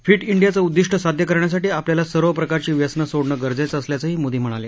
feet इंडीयाचं उद्दीष्ट साध्य करण्यासाठी आपल्याला सर्व प्रकारची व्यसनं सोडण गरजेच असल्याचंही मोदी म्हणाले